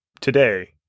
today